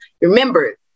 Remember